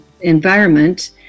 environment